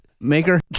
maker